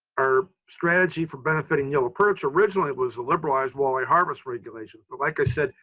our strategy for benefiting yellow perch, originally, it was the liberalized walleye harvest regulations, but like i said,